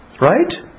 Right